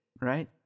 right